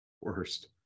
Worst